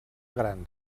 gran